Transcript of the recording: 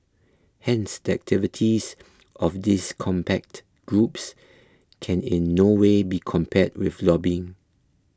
hence the activities of these contact groups can in no way be compared with lobbying